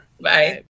Bye